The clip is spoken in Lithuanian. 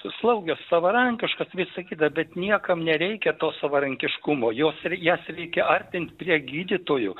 slaugės savarankiškos visa kita bet niekam nereikia to savarankiškumo jos ir jas reikia artint prie gydytojų